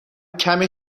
کمی